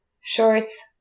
shorts